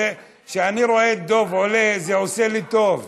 זה, כשאני רואה את דב עולה, זה עושה לי טוב.